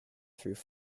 through